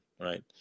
right